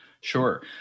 Sure